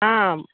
हँ